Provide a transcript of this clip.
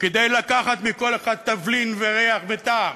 כדי לקחת מכל אחד תבלין וריח וטעם